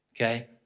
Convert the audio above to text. Okay